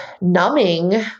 numbing